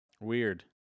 Weird